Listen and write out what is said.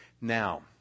Now